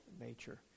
nature